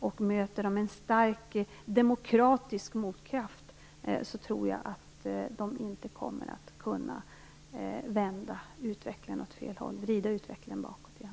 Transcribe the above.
Om de möter en stark demokratisk motkraft, tror jag inte att de kommer att kunna vrida utvecklingen bakåt igen.